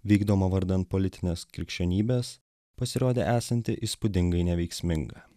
vykdoma vardan politinės krikščionybės pasirodė esanti įspūdingai neveiksminga